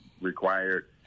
required